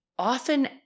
Often